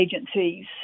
agencies